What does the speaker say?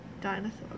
dinosaur